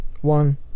one